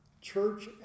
church